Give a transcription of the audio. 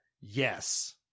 Yes